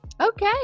Okay